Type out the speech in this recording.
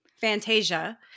Fantasia